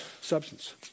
substance